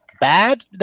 bad